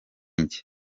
njye